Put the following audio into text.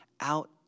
out